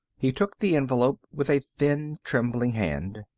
he took the envelope with a thin, trembling hand.